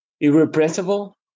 irrepressible